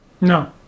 No